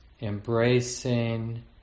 embracing